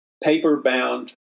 paper-bound